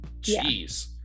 jeez